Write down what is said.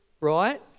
Right